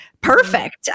perfect